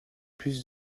plus